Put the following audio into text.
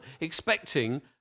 expecting